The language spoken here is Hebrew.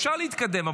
אפשר להתקדם,